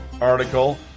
article